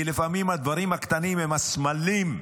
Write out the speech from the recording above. כי לפעמים הדברים הקטנים הם הסמלים,